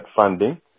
funding